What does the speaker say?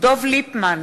דב ליפמן,